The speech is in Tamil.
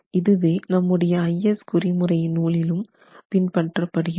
இதுவே நம்முடைய IS குறி முறை நூலிலும் பின்பற்றப்படுகிறது